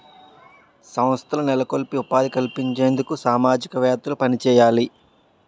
సంస్థలను నెలకొల్పి ఉపాధి కల్పించేందుకు సామాజికవేత్తలు పనిచేయాలి